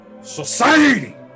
society